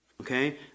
okay